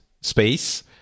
space